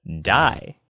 die